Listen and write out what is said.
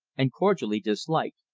and cordially disliked,